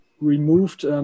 removed